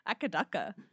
Akadaka